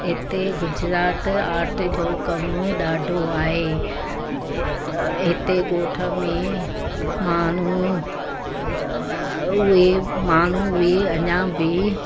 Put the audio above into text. हिते गुजरात आर्ट जो कमु ॾाढो आहे हिते ॻोठ में माण्हू उहे माण्हू उहे अञा बि